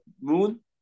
moon